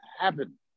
happen